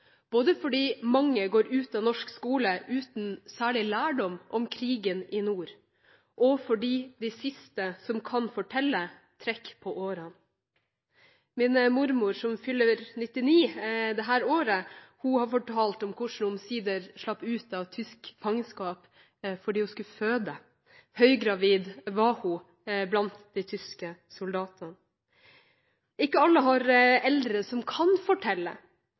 både fordi mange går ut av norsk skole uten særlig lærdom om krigen i nord og fordi de siste som kan fortelle, trekker på årene. Min mormor, som fyller 99 i år, har fortalt om hvordan hun omsider slapp ut av tysk fangenskap fordi hun skulle føde. Høygravid var hun blant de tyske soldatene. Ikke alle har eldre som kan fortelle